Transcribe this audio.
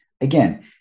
Again